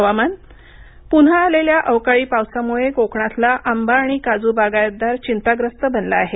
हवामान पुन्हा आलेल्या अवकाळी पावसामुळे कोकणातला आंबा आणि काजू बागायतदार चिंताग्रस्त बनला आहे